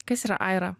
kas yra aira